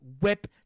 whip